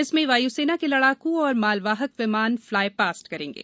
जिसमें वाय् सेना के लड़ाकू और मालवाहक विमान फ्लाई पास्ट करेंगे